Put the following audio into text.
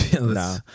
No